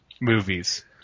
movies